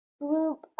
group